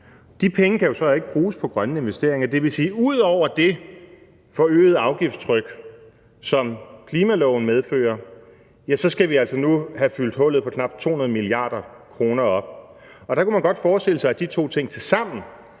De penge kan jo så ikke bruges på grønne investeringer. Det vil sige, at ud over det forøgede afgiftstryk, som klimaloven medfører, skal vi altså nu have fyldt hullet på knap 200 mia. kr. op. Og der kan man godt forestille sig, at de to ting til sammen